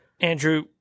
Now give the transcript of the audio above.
andrew